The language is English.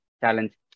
challenge